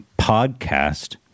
podcast